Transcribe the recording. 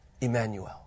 Emmanuel